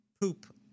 poop